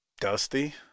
Dusty